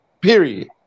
period